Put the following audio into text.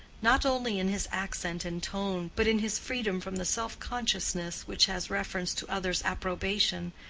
not only in his accent and tone, but in his freedom from the self-consciousness which has reference to others' approbation,